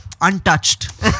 untouched